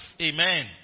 Amen